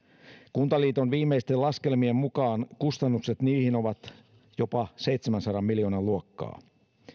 kuntaliiton viimeisten laskelmien mukaan kustannukset niihin ovat jopa seitsemänsadan miljoonan luokkaa